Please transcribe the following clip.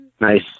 Nice